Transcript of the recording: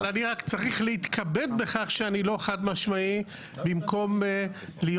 אבל אני רק צריך להתכבד בכך שאני לא חד משמעי במקום להיות